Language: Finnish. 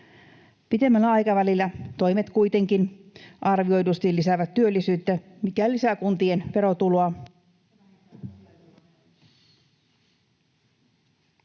Pitemmällä aikavälillä toimet kuitenkin arvioidusti lisäävät työllisyyttä, mikä lisää kuntien verotuloa